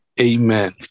Amen